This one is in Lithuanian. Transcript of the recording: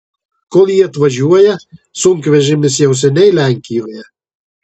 kol jie atvažiuoja sunkvežimis seniai jau lenkijoje